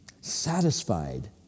satisfied